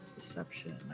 Deception